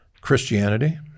Christianity